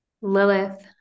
Lilith